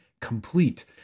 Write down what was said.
complete